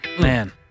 Man